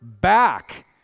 back